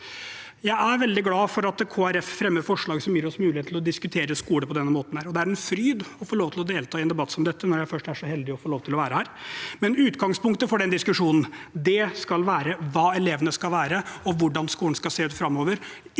Jeg er veldig glad for at Kristelig Folkeparti fremmer forslag som gir oss mulighet til å diskutere skole på denne måten, og det er en fryd å få lov til å delta i en debatt som dette når jeg først er så heldig å få lov til å være her. Likevel: Utgangspunktet for diskusjonen skal være hva elevene skal lære, og hvordan skolen skal se ut framover,